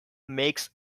makes